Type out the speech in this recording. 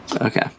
Okay